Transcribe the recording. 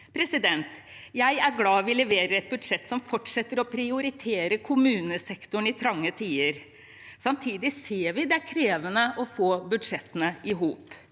intelligens. Jeg er glad for at vi leverer et budsjett som fortsetter å prioritere kommunesektoren i trange tider. Samtidig ser vi at det er krevende å få budsjettene i hop.